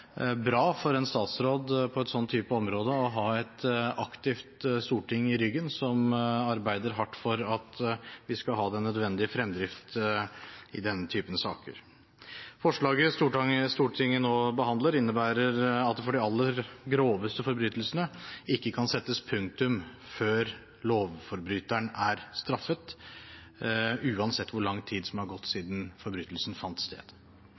bra for en statsråd på et slikt område å ha et aktivt storting i ryggen, som arbeider hardt for at vi skal ha den nødvendige fremdrift i slike saker. Forslaget Stortinget nå behandler innebærer at det for de aller groveste forbrytelsene, ikke kan settes punktum før lovbryteren er straffet – uansett hvor lang tid som er gått siden forbrytelsen fant sted.